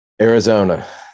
Arizona